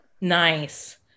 Nice